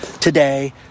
today